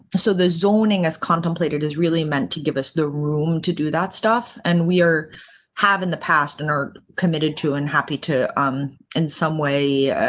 so, the zoning as contemplated is really meant to give us the room to do that stuff. and we have in the past and are committed to and happy to um and some way